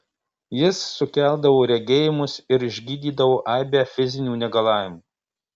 jis sukeldavo regėjimus ir išgydydavo aibę fizinių negalavimų